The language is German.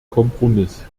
kompromiss